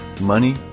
Money